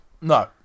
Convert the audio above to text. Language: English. No